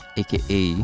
aka